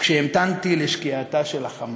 / כשהמתנתי לשקיעתה של החמה.